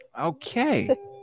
Okay